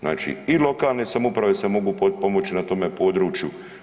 Znači i lokalne samouprave se mogu potpomoći na tome području.